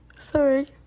sorry